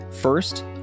First